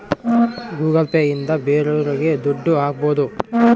Google Pay ಇಂದ ಬೇರೋರಿಗೆ ದುಡ್ಡು ಹಾಕ್ಬೋದು